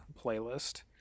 playlist